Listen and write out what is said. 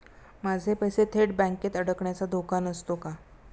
माझे पैसे थेट बँकेत अडकण्याचा धोका नसतो का?